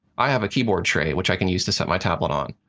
i have a keyboard tray which i can use to set my tablet on.